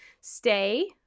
stay